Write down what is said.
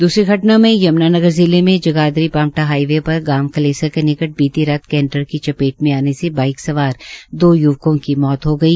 द्सरी घटना में यम्नानगर जिले में जगाधरी पांवदा हाइवे पर गांव कलेसर कलेसर के निकट बीती रात केंटर की चपेट मे आने से बाइक सवार दो यूवकों की मौत हो गई